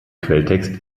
quelltext